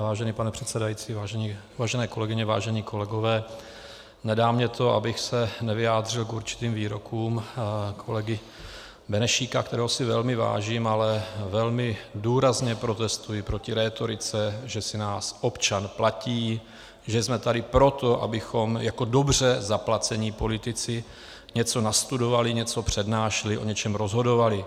Vážený pane předsedající, vážené kolegyně, vážení kolegové, nedá mně to, abych se nevyjádřil k určitým výrokům kolegy Benešíka, kterého si velmi vážím, ale velmi důrazně protestuji proti rétorice, že si nás občan platí, že jsme tady proto, abychom jako dobře zaplacení politici něco nastudovali, něco přednášeli, o něčem rozhodovali.